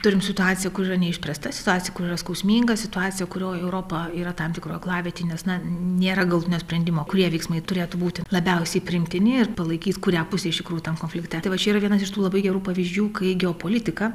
turim situaciją kur yra neišspręsta situacija kur yra skausminga situacija kurioj europa yra tam tikroj aklavietėj nes na nėra galutinio sprendimo kurie veiksmai turėtų būti labiausiai priimtini ir palaikys kurią pusę iš tikrų tam konflikte tai va čia yra vienas iš tų labai gerų pavyzdžių kai geopolitika